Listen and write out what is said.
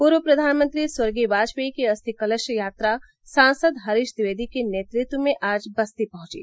पूर्व प्रधानमंत्री स्वर्गीय वाजपेयी की अस्थिकलश यात्रा सांसद हरीश ट्विवेदी के नेतृत्व में आज बस्ती पहुंची